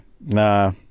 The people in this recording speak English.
Nah